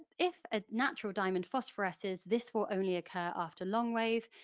if a natural diamond phosphorouses, this will only occur after long-wave,